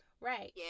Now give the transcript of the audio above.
right